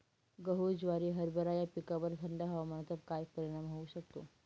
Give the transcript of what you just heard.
गहू, ज्वारी, हरभरा या पिकांवर थंड हवामानाचा काय परिणाम होऊ शकतो?